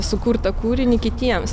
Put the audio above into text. sukurtą kūrinį kitiems